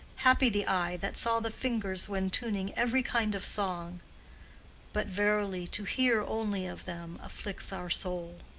happy the eye that saw the fingers when tuning every kind of song but verily to hear only of them afflicts our soul.